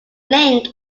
link